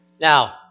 Now